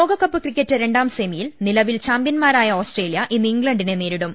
ലോകകപ്പ് ക്രിക്കറ്റ് രണ്ടാം സെമിയിൽ നിലവിൽ ചാംപ്യൻമാരായ ഓസ്ട്രേ ലിയ ഇന്ന് ഇംഗ്ലണ്ടിനെ നേരിടും